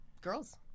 girls